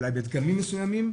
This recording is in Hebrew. אולי בדגמים מסוימים,